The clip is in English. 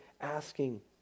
asking